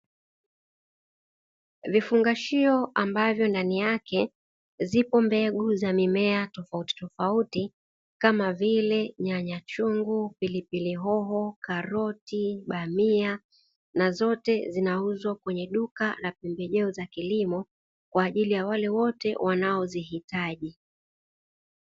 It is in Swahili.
Vifungashio ambavo ndani yake zipo mbegu za mimea tofauti tofauti kama vile: nyanyachungu, pilipili hohoho, karoti, bamia; na zote zinauzwa kwenye duka la pembejeo za kilimo kwa ajili ya wale wote wanaozihitaji.